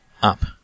up